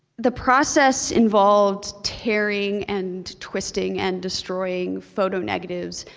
the process involved tearing and twisting and destroying photo negatives,